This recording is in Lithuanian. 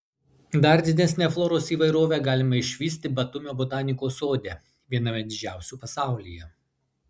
dar didesnę floros įvairovę galima išvysti batumio botanikos sode viename didžiausių pasaulyje